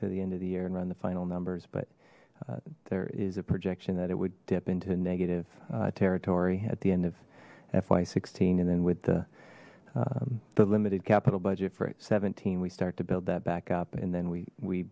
to the end of the year and run the final numbers but there is a projection that it would dip into negative territory at the end of fy sixteen and then with the the limited capital budget for seventeen we start to build that back up and then we we